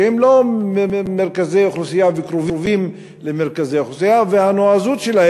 שהם לא מרכזי אוכלוסייה או קרובים למרכזי אוכלוסייה,